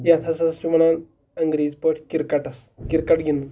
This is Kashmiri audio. یَتھ ہَسا چھِ وَنان انٛگریٖز پٲٹھۍ کِرکَٹَس کِرکَٹ گِنٛدُن